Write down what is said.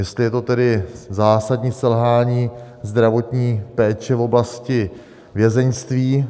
Jestli je to tedy zásadní selhání zdravotní péče v oblasti vězeňství?